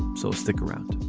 so stick around